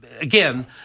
again